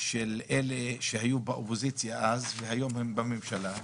של אלה שהיו באופוזיציה אז והיום הם בממשלה,